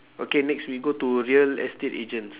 okay next we go to real estate agents